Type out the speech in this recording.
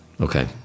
Okay